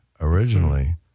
originally